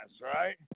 right